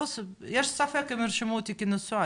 יש ספק אם ירשמו אותי כנשואה,